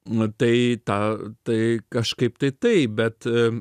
nu tai tą tai kažkaip tai taip bet